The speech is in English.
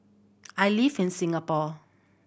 I live in Singapore